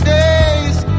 days